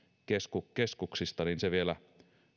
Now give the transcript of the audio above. keskuksista keskuksista se vielä